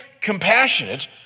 compassionate